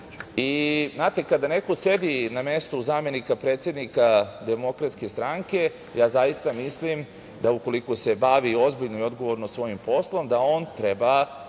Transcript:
Ustava. Znate, kada neko sedi na mestu zamenika predsednika DS, ja zaista mislim da ukoliko se bavi ozbiljno i odgovorno svojim poslom, da on treba